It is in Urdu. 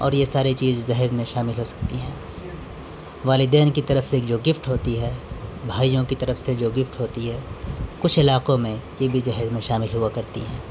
اور یہ سارے چیز زہیز میں شامل ہو سکتی ہیں والدین کی طرف سے جو گفٹ ہوتی ہے بھائیوں کی طرف سے جو گفٹ ہوتی ہے کچھ علاقوں میں یہ بھی جہیز میں شامل ہوا کرتی ہیں